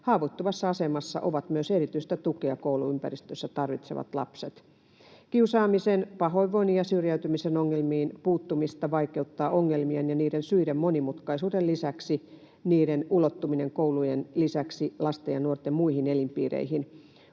Haavoittuvassa asemassa ovat myös erityistä tukea kouluympäristössä tarvitsevat lapset.” ”Kiusaamisen, pahoinvoinnin ja syrjäytymisen ongelmiin puuttumista vaikeuttaa ongelmien ja niiden syiden monimutkaisuuden lisäksi niiden ulottuminen koulujen lisäksi lasten ja nuorten muihin elinpiireihin.